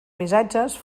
missatges